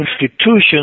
institutions